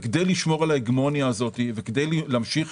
כדי לשמור על ההגמוניה הזאת וכדי להמשיך